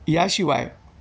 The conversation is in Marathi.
याशिवाय